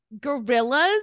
gorillas